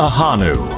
Ahanu